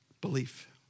Belief